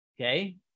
okay